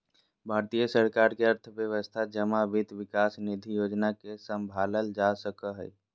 भारत सरकार के अर्थव्यवस्था जमा वित्त विकास निधि योजना से सम्भालल जा सको हय